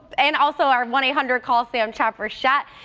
and also our one eight hundred call sam chopper shot,